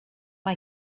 mae